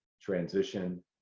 transition